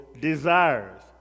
desires